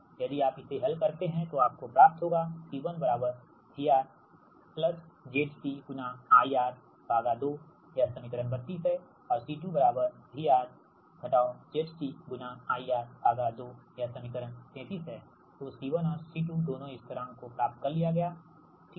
यदि आप इसे हल करते हो तो आपको प्राप्त होगाC1VRZCIR2 यह समीकरण ३२ है और C2VR ZCIR2 समीकरण ३३ है तो C1 और C2 दोनों स्थिरांक को प्राप्त कर लिया गया ठीक है